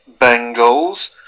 Bengals